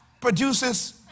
produces